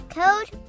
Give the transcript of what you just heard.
code